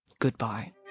Goodbye